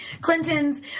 Clinton's